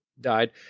died